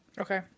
Okay